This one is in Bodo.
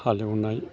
हालेवनाय